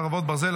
חרבות ברזל),